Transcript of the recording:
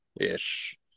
ish